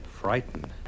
Frightened